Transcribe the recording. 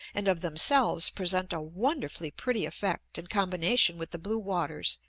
and of themselves present a wonderfully pretty effect in combination with the blue waters,